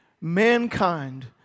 mankind